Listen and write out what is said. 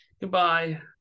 Goodbye